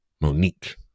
monique